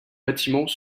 bâtiments